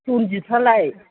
Ranjit फ्रालाय